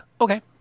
Okay